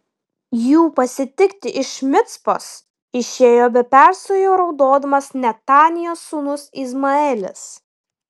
jų pasitikti iš micpos išėjo be perstojo raudodamas netanijos sūnus izmaelis